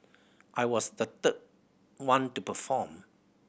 I was the third one to perform